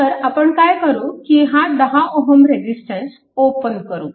तर आपण काय करू की हा 10 Ω रेजिस्टन्स ओपन करू